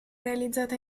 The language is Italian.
realizzata